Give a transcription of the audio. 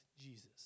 Jesus